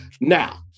Now